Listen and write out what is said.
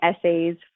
essays